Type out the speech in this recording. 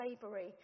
slavery